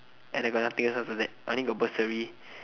and I got nothing else after that I only get bursary